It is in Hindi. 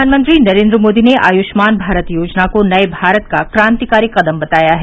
प्रधानमंत्री नरेंद्र मोदी ने आय्ष्मान भारत योजना को नये भारत का क्रांतिकारी कदम बताया है